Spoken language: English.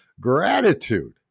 Gratitude